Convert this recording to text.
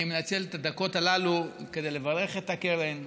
אני מנצל את הדקות הללו כדי לברך את הקרן,